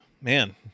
Man